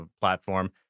platform